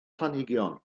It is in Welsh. planhigion